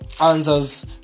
answers